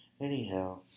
Anyhow